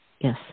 Yes